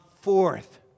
forth